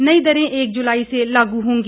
नई दरें एक जुलाई से लागू होंगी